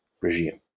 regime